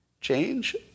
change